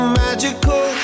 magical